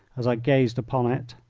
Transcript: as i gazed upon it.